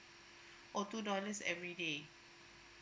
oh two dollars everyday